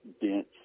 dense